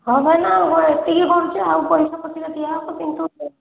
ହଁ ଭାଇନା ଏତିକି କରୁଛି ଆଉ ପଇସା ପଛେ ଦିଆହେବ କିନ୍ତୁ